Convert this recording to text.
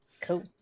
Cool